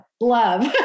love